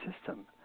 system